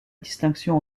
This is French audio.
distinction